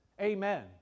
Amen